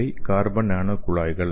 இவை carbon nano குழாய்கள்